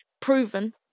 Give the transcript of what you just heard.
proven